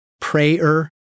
prayer